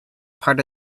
part